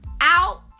out